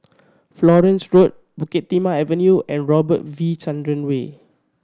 Florence Road Bukit Timah Avenue and Robert V Chandran Way